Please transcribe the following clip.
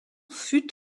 fut